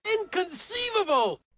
Inconceivable